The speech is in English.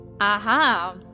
Aha